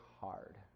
hard